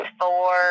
four